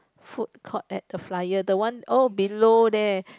food court at the flyer the one oh below there